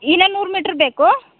ಇನ್ನು ನೂರು ಮೀಟ್ರ್ ಬೇಕೊ